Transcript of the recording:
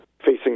facing